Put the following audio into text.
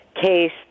case